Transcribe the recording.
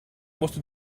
måste